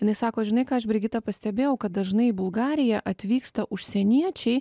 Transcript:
jinai sako žinai ką aš brigita pastebėjau kad dažnai į bulgariją atvyksta užsieniečiai